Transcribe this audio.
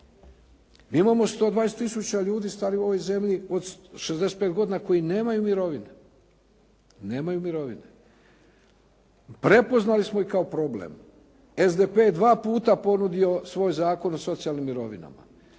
Imamo 120 tisuća ljudi starijih od 65 godina u ovoj zemlji koji nemaju mirovine. Prepoznali smo ih kao problem. SDP je dva puta ponudio svoj Zakon o socijalnim mirovinama.